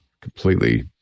completely